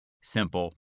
simple